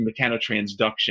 mechanotransduction